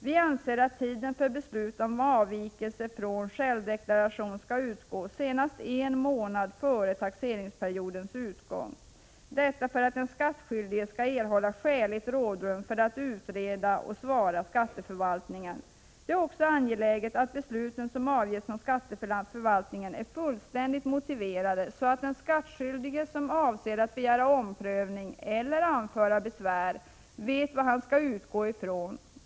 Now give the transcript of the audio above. Vi anser att tiden för beslut om avvikelse från självdeklaration skall utgå senast en månad före taxeringsperiodens utgång, detta för att den skattskyldige skall erhålla skäligt rådrum för att utreda och svara skatteförvaltningen. Det är också angeläget att de beslut som avges från skatteförvaltningen är fullständigt motiverade, så att den skattskyldige som avser att begära omprövning eller anföra besvär vet vad han skall utgå ifrån.